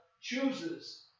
chooses